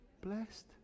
blessed